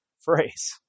phrase